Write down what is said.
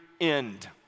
end